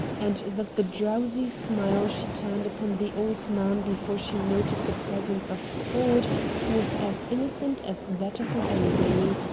and that the drowsy smile she turned upon the old man before she noted the presence of ford was as innocent as that of a baby.